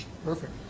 perfect